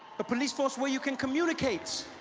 a police force where you can communicate